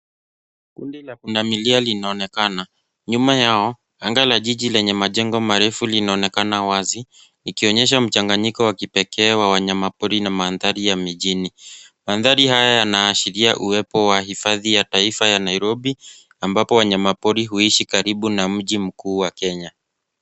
Kundi la pundamilia linaonekana. Nyuma yao, anga la jiji lenye majengo marefu linaonekana wazi ,likionyesha mchanganyiko wa kipekee wa wanyamapori na mandhari ya mijini. Mandhari haya yanaashiria uwepo wa hifadhi ya taifa ya Nairobi, ambapo wanyamapori huishi karibu na mji mkuu wa Kenya.